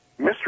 Mr